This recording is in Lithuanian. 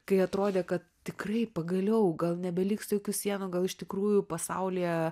kai atrodė kad tikrai pagaliau gal nebeliks jokių sienų gal iš tikrųjų pasaulyje